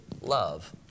love